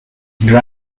dry